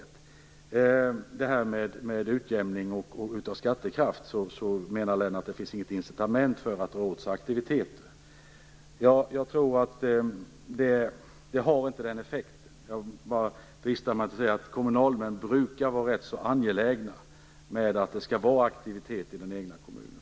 Lennart Hedquist menar beträffande detta med utjämning och skattekraft att det inte finns något incitament för att dra till sig aktiviteter. Jag tror inte att det här har den effekten. Jag dristar mig till att säga att kommunalmän brukar vara rätt så angelägna om att det skall vara aktivitet i den egna kommunen.